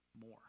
more